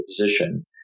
position